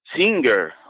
Singer